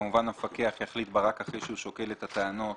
כמובן המפקח יחליט בה רק אחרי שהוא שוקל את הטענות